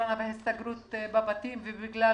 הקורונה וההסתגרות בבתים וגם בגלל